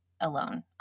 alone